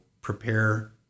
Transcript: prepare